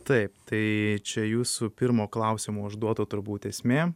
taip tai čia jūsų pirmo klausimo užduoto turbūt esmė